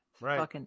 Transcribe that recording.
right